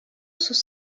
sont